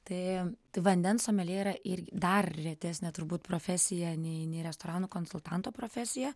tai vandens someljė yra irgi dar retesnė turbūt profesija nei nei restoranų konsultanto profesija